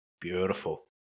Beautiful